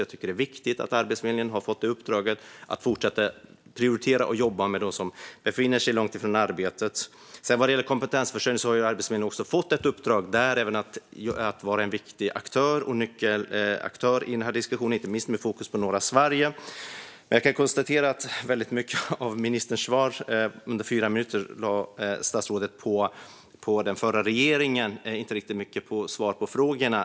Jag tycker att det är viktigt att Arbetsförmedlingen har fått uppdraget att fortsätta att prioritera och jobba med dem som befinner sig långt från arbetsmarknaden. Vad gäller kompetensförsörjning har Arbetsförmedlingen även där fått ett uppdrag att vara en viktig nyckelaktör i diskussionen, inte minst med fokus på norra Sverige. Jag kan konstatera att statsrådet ägnade mycket tid av sitt svar på fyra minuter åt att prata om den förra regeringen och inte så mycket åt svar på frågorna.